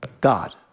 God